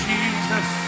Jesus